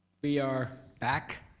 we are back,